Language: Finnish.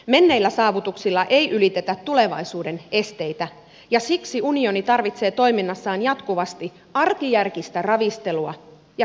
menneillä saavutuksilla ei ylitetä tulevaisuuden esteitä ja siksi unioni tarvitsee toiminnassaan jatkuvasti arkijärkistä ravistelua ja kyseenalaistusta